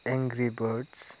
angry birds